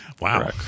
Wow